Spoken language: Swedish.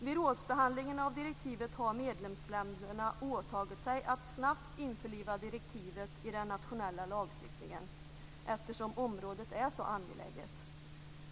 Vid rådsbehandlingen av direktivet har medlemsländerna åtagit sig att snabbt införliva direktivet i den nationella lagstiftningen, eftersom området är så angeläget.